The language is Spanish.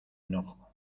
enojo